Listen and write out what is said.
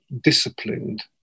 disciplined